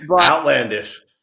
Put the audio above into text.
Outlandish